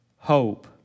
Hope